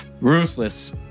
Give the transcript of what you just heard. Ruthless